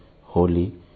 holy